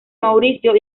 mauricio